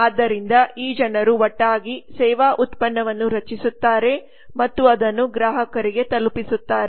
ಆದ್ದರಿಂದ ಈ ಜನರು ಒಟ್ಟಾಗಿ ಸೇವಾ ಉತ್ಪನ್ನವನ್ನು ರಚಿಸುತ್ತಾರೆ ಮತ್ತು ಅದನ್ನು ಗ್ರಾಹಕರಿಗೆ ತಲುಪಿಸುತ್ತಾರೆ